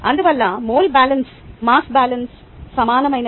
అందువల్ల mole balance mass balance సమానమైనవి